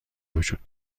وجود